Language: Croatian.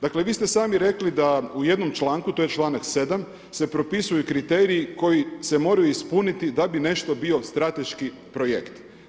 Dakle vi ste sami rekli da u jednom članku, to je članak 7. se propisuju kriteriji koji se moraju ispuniti da bi nešto bio strateški projekt.